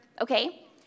okay